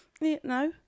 no